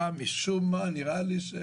למשטרה.